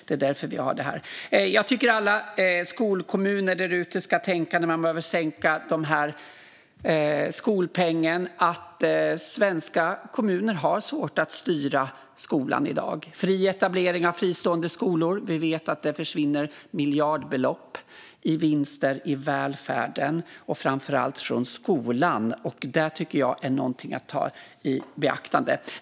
Jag tycker att alla svenska kommuner när de vill sänka skolpengen ska tänka på att det är svårt att styra skolan i dag. Vi vet att det försvinner miljardbelopp i vinster i välfärden i samband med etablering av fristående skolor. Det är något att ta i beaktande.